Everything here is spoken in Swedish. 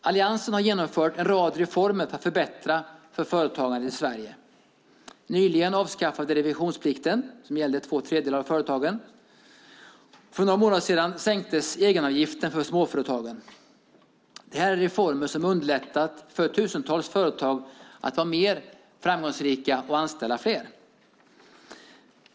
Alliansen har genomfört en rad reformer för att förbättra för företagen i Sverige. Nyligen avskaffades revisionsplikten, som gällde för två tredjedelar av företagen, och för några månader sedan sänktes egenavgiften för småföretagen. Detta är reformer som underlättat för tusentals företag att vara mer framgångsrika och anställa fler.